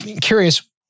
Curious